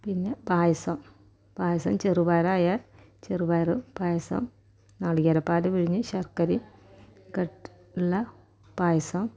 പിന്നെ പായസം പായസം ചെറുപയറായാൽ ചെറുപയർ പായസം നാളികേരപ്പാൽ പിഴിഞ്ഞ് ശർക്കരയും ഒക്കെ ഇട്ടിട്ട് ഉള്ള പായസം